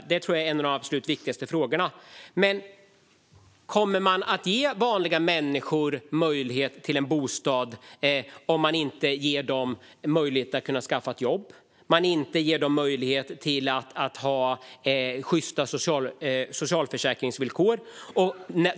Jag tror att detta är en av de absolut viktigaste frågorna. Men kommer man att ge vanliga människor möjlighet till en bostad om de inte får möjlighet att skaffa ett jobb och om de inte får sjysta socialförsäkringsvillkor?